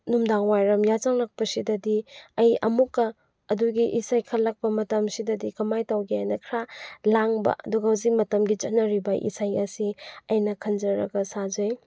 ꯅꯨꯡꯗꯥꯡꯋꯥꯏꯔꯝ ꯌꯥꯆꯪꯉꯛꯄꯁꯤꯗꯗꯤ ꯑꯩ ꯑꯃꯨꯛꯀ ꯑꯗꯨꯒꯤ ꯏꯁꯩ ꯈꯜꯂꯛꯄ ꯃꯇꯝꯁꯤꯗꯗꯤ ꯀꯃꯥꯏꯅ ꯇꯧꯒꯦꯅ ꯈꯔ ꯂꯥꯡꯕ ꯑꯗꯨꯒ ꯍꯧꯖꯤꯛ ꯃꯇꯝꯒꯤ ꯆꯠꯅꯔꯤꯕ ꯏꯁꯩ ꯑꯁꯤ ꯑꯩꯅ ꯈꯟꯖꯔꯒ ꯁꯥꯖꯩ